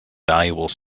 valuable